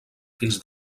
fins